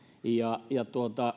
ja ja